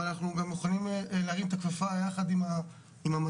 אבל אנחנו מוכנים גם להרים את הכפפה יחד עם המטה